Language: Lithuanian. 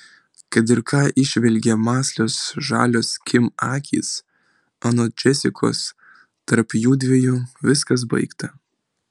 kad ir ką įžvelgė mąslios žalios kim akys anot džesikos tarp jųdviejų viskas baigta